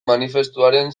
manifestuaren